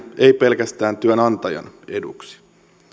ei pelkästään työnantajan eduksi